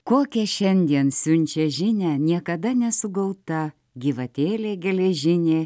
kokią šiandien siunčia žinią niekada nesugauta gyvatėlė geležinė